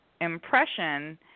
impression